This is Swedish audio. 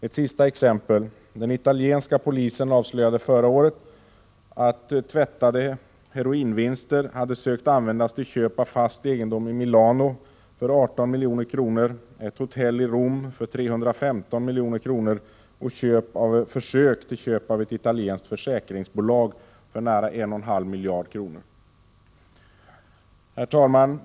Ett sista exempel: Den italienska polisen avslöjade förra året att man hade sökt använda tvättade heroinvinster till köp av fast egendom i Milano för 18 milj.kr., ett hotell i Rom för 315 milj.kr. och ett italienskt försäkringsbolag för nära 1,5 miljarder. Herr talman!